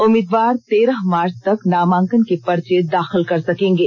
उम्मीदवार तेरह मार्च तक नामांकन के पर्चे दाखिल कर सकेंगे